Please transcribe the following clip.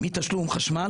מתשלום חשמל,